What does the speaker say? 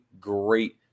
great